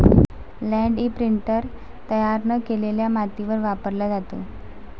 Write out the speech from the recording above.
land imprinter तयार न केलेल्या मातीवर वापरला जातो